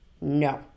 no